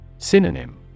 Synonym